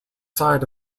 side